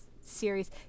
series